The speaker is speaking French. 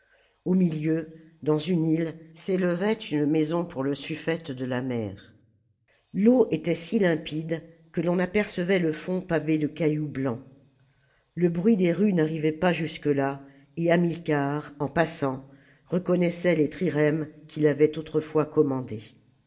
au milieu dans une île s'élevait une maison pour le sufifete de la mer l'eau était si limpide que l'on apercevait le fond pavé de cailloux blancs le bruit des rues n'arrivait pas jusque-là ethamilcar en passant reconnaissait les trirèmes qu'il avait autrefois commandées